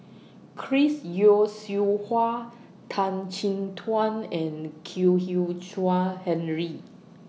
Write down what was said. Chris Yeo Siew Hua Tan Chin Tuan and Kwek Hian Chuan Henry